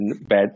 bad